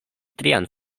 trian